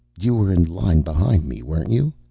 you were in line behind me, weren't you?